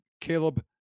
Caleb